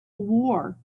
war